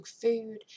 food